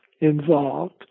involved